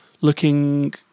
looking